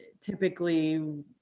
typically